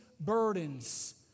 burdens